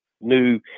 new